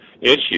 issue